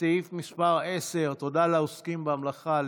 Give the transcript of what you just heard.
לסעיף מס' 10. תודה לעוסקים במלאכה,